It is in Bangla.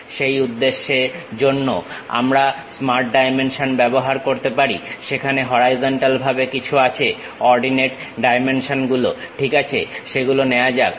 সেই উদ্দেশ্যের জন্যও আমরা স্মার্ট ডাইমেনশন ব্যবহার করতে পারি সেখানে হরাইজন্টাল ভাবে কিছু আছে অর্ডিনেট ডাইমেনশন গুলো ঠিক আছে সেগুলো নেওয়া যাক